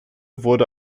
wurde